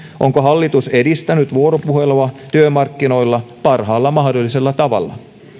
onko hallitus edistänyt vuoropuhelua työmarkkinoilla parhaalla mahdollisella tavalla